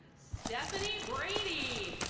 stephanie brady.